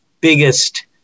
biggest